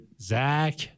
Zach